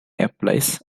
applies